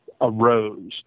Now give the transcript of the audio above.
arose